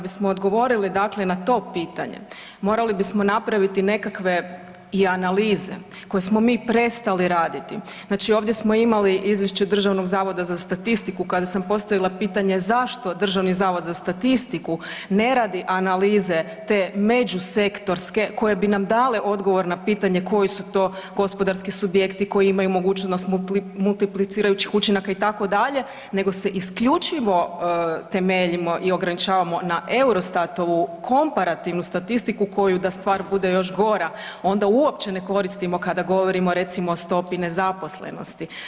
Da, da bismo odgovorili dakle na to pitanje, morali bismo napraviti nekakve i analize koje smo mi prestali raditi, znači ovdje smo imali izvješće Državnog zavoda za statistiku kada sam postavila pitanje zašto Državni zavod za statistiku ne radi analize te međusektorske koje bi nam dale odgovor na pitanje koji su to gospodarski subjekti koji imaju mogućnosti multiplicirajućih učinaka itd., nego se isključivo temeljimo i ograničavamo na EUROSTAT-ovu komparativnu statistiku koju da stvar bude još gora, onda uopće ne koristimo kada govorimo recimo o stopi nezaposlenosti.